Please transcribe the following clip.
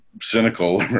cynical